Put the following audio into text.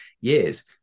years